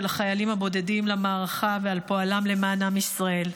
החיילים הבודדים למערכה ועל פועלם למען עם ישראל.